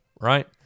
right